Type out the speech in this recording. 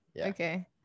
Okay